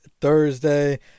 Thursday